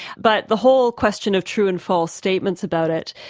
but the whole question of true and false statements about it,